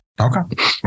Okay